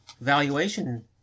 valuation